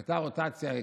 לא בגלל האופוזיציה.